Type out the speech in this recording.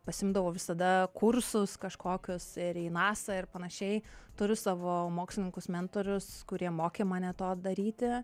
pasiimdavau visada kursus kažkokius ir į nasą ir panašiai turiu savo mokslininkus mentorius kurie mokė mane to daryti